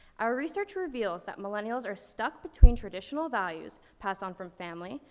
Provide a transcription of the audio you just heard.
are research reveals that millennials are stuck between traditional values passed on from family,